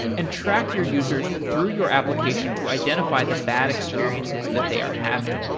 and track your users through your application to identify the bad experiences that they are having.